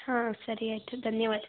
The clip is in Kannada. ಹಾಂ ಸರಿ ಆಯಿತು ಧನ್ಯವಾದ